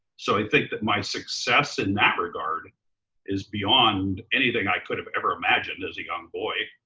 so i think that my success in that regard is beyond anything i could have ever imagined as a young boy.